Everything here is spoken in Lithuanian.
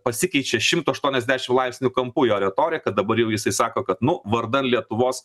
pasikeičia šimtu aštuoniasdešim laipsnių kampu jo retorika dabar jau jisai sako kad nu vardan lietuvos